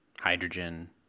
Hydrogen